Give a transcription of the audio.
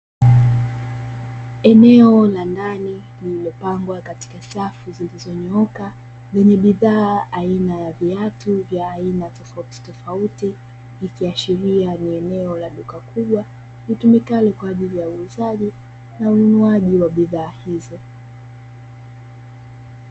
Eneo la ndani lililopangwa katika safu zilizonyooka lenye bidhaa aina ya viatu vya aina tofautitofauti, likiashiria ni eneo la duka kubwa litumikalo kwa ajili ya uuzaji na ununuaji wa bidhaa hizo.